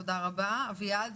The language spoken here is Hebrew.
תודה רבה, אביעד.